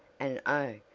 and oh,